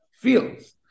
feels